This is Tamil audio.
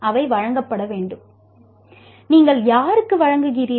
அவை வழங்கப்பட வேண்டும் நீங்கள் யாருக்கு வழங்குகிறீர்கள்